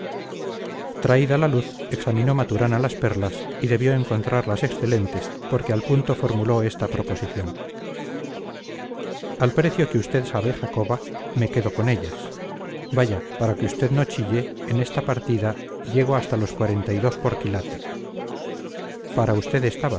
traída la luz examinó maturana las perlas y debió encontrarlas excelentes porque al punto formuló esta proposición al precio que usted sabe jacoba me quedo con ellas vaya para que usted no chille en esta partida llego hasta los cuarenta y dos por quilate para usted